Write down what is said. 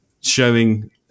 showing